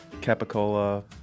capicola